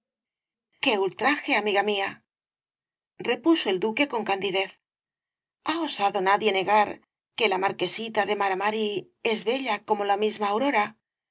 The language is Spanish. ultraje qué ultraje amiga mía repuso el duque con candidez ha osado nadie negar que la marquesita de mara mari es bella como la misma aurora